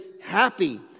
happy